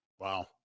Wow